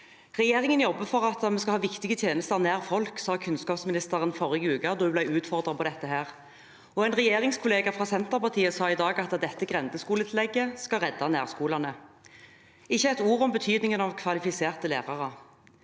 Regjeringen jobber for at vi skal ha viktige tjenester nær folk, sa kunnskapsministeren forrige uke da hun ble utfordret på dette. En regjeringskollega fra Senterpartiet sa i dag at dette grendeskoletillegget skal redde nærskolene, men ikke et ord om betydningen av kvalifiserte lærere.